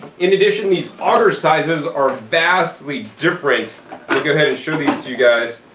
in addition, these auger sizes are vastly different. we'll go ahead and show these to you guys.